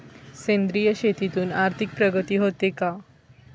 सेंद्रिय शेतीतून आर्थिक प्रगती होते का?